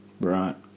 Right